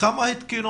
כמה הקימו